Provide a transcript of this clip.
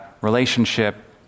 relationship